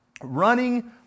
running